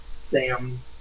Sam